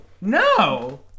No